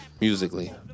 musically